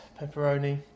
pepperoni